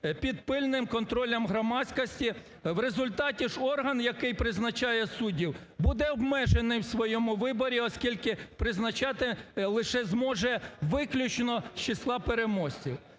під пильним контролем громадськості, в результаті ж орган, який призначає суддів, буде обмежений у своєму виборі, оскільки призначати лише зможе виключно з числа переможців.